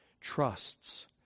trusts